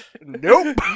nope